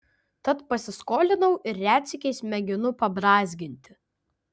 tad pasiskolinau ir retsykiais mėginu pabrązginti